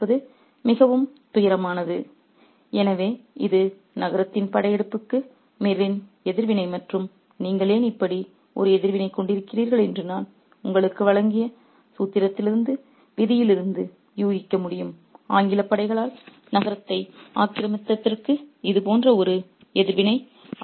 refer slide time 3531 எனவே இது நகரத்தின் படையெடுப்புக்கு மிரின் எதிர்வினை மற்றும் நீங்கள் ஏன் இப்படி ஒரு எதிர்வினை கொண்டிருக்கிறீர்கள் என்று நான் உங்களுக்கு வழங்கிய சூத்திரத்திலிருந்து விதியிலிருந்து யூகிக்க முடியும் ஆங்கிலப் படைகளால் நகரத்தை ஆக்கிரமித்ததற்கு இது போன்ற ஒரு எதிர்வினை